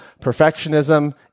perfectionism